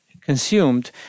consumed